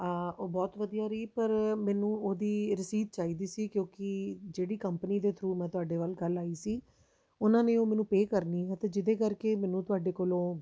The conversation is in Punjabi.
ਉਹ ਬਹੁਤ ਵਧੀਆ ਰਹੀ ਪਰ ਮੈਨੂੰ ਉਹਦੀ ਰਸੀਦ ਚਾਹੀਦੀ ਸੀ ਕਿਉਂਕਿ ਜਿਹੜੀ ਕੰਪਨੀ ਦੇ ਥਰੂ ਮੈਂ ਤੁਹਾਡੇ ਵੱਲ ਕੱਲ੍ਹ ਆਈ ਸੀ ਉਹਨਾਂ ਨੇ ਉਹ ਮੈਨੂੰ ਪੇ ਕਰਨੀ ਹੈ ਅਤੇ ਜਿਹਦੇ ਕਰਕੇ ਮੈਨੂੰ ਤੁਹਾਡੇ ਕੋਲੋਂ